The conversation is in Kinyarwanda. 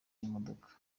y’imodoka